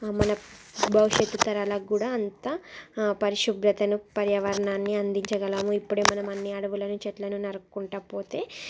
మన భవిష్యత్తు తరాలకు కూడా అంత పరిశుభ్రతను పర్యావరణాన్ని అందించగలము ఇప్పుడే మనము అన్ని అడవులను చెట్లను నరుక్కుంటూపోతే